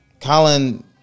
Colin